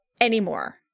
anymore